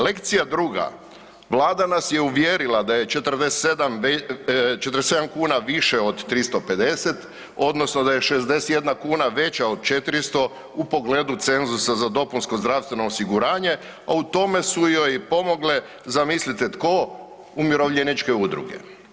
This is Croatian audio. Lekcija druga, Vlada nas je uvjerila da je 47 kuna više od 350, odnosno da je 61 kuna veća od 400 u pogledu cenzusa za dopunsko zdravstveno osiguranje, a u tome su joj pomogle, zamislite tko, umirovljeničke udruge.